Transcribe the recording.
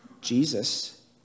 Jesus